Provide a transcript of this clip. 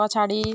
पछाडि